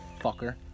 fucker